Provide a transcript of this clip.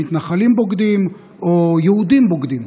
"מתנחלים בוגדים" או "יהודים בוגדים".